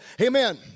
Amen